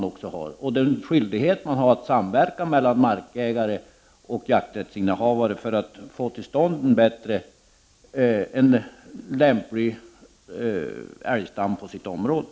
Vilken skyldighet föreligger att samverka mellan markägare och jakträttsinnehavare för att de skall få till stånd ett väl avvägt älgbestånd på sina marker?